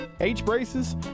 H-braces